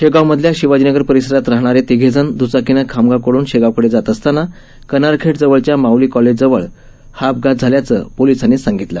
शेगाव मधल्या शिवाजीनगर परिसरात राहणारे तिघेजण द्रचाकीनं खामगाव कडून शेगावकडे जात असताना कनारखेड जवळच्या माऊली कॉलेज जवळ हा अपघात झाल्याचं पोलिसांनी सांगितलं